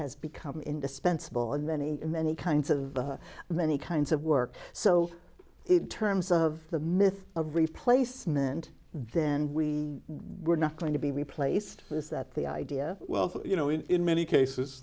has become indispensable in many many kinds of the many kinds of work so it terms of the myth of replacement then we were not going to be replaced is that the idea well you know in in many cases